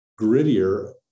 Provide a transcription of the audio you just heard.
Grittier